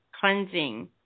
cleansing